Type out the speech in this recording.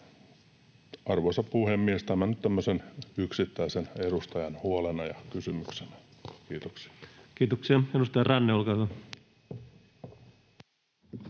Arvoisa puhemies, tämä nyt tämmöisen yksittäisen edustajan huolena ja kysymyksenä. — Kiitoksia. Kiitoksia. — Edustaja Ranne, olkaa hyvä.